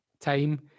time